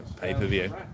pay-per-view